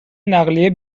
نقلیه